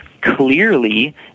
clearly